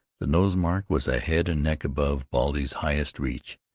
the nose-mark was a head and neck above baldy's highest reach.